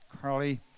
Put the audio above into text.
Carly